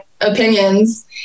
opinions